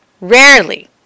Rarely